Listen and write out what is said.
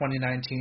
2019